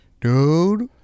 dude